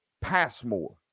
Passmore